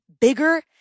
bigger